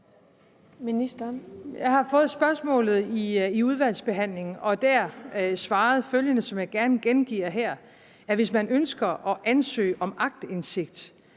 Jeg har fået spørgsmålet i udvalgsbehandlingen og har der svaret følgende, som jeg gerne gengiver, nemlig at hvis man ønsker at ansøge om aktindsigt